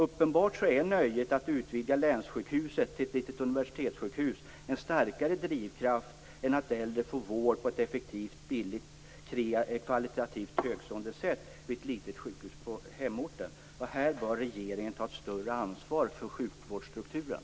Uppenbart är nöjet att utvidga länssjukhuset till ett litet universitetssjukhus en starkare drivkraft än att äldre får vård på ett effektivt, billigt och kvalitativt högtstående sätt vid ett litet sjukhus på hemorten. Här bör regeringen ta ett större ansvar för sjukvårdsstrukturen.